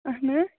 اَہَن حظ